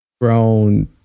grown